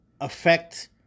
affect